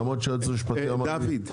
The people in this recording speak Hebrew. למרות שהיועץ המשפטי אמר לי --- דוד,